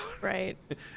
Right